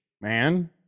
man